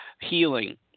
healing